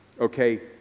okay